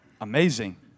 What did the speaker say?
amazing